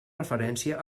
referència